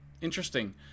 Interesting